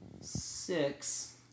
six